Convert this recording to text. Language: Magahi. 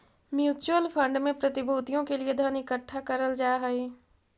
म्यूचुअल फंड में प्रतिभूतियों के लिए धन इकट्ठा करल जा हई